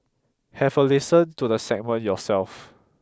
have a listen to the segment yourself